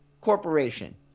corporation